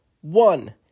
One